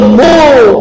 move